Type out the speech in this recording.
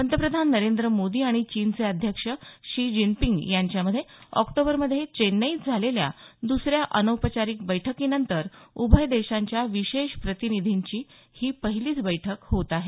पंतप्रधान नरेंद्र मोदी आणि चीनचे अध्यक्ष शी जिनपींग यांच्यामध्ये ऑक्टोबरमध्ये चेन्नईत झालेल्या द्सऱ्या अनौपचारिक बैठकीनंतर उभय देशांच्या विशेष प्रतिनिधींची ही पहिलीच बैठक होत आहे